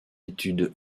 étude